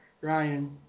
Ryan